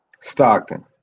Stockton